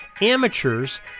amateurs